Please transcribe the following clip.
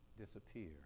disappear